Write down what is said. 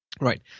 Right